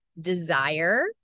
desire